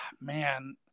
man